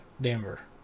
Denver